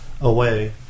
away